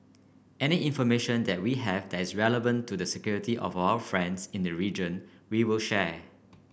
any information that we have that is relevant to the security of our friends in the region we will share